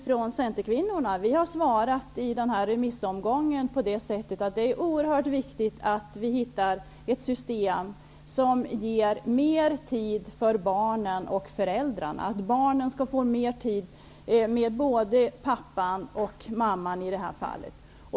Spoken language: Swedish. Från centerkvinnorna har vi i remissomgången svarat att det är oerhört viktigt att vi hittar ett system som ger mer tid för barnen och föräldrarna -- i det här fallet så att barnen skall få mer tid med både pappan och mamman.